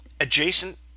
adjacent